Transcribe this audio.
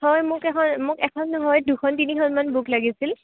হয় মোক এখন মোক এখন নহয় দুখন তিনিখনমান বুক লাগিছিল